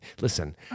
Listen